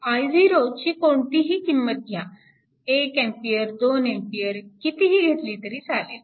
i0 ची कोणतीही किंमत घ्या 1A 2A कितीही घेतली तरी चालेल